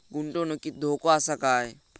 गुंतवणुकीत धोको आसा काय?